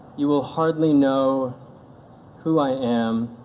you will hardly know who i am